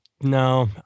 No